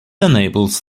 enables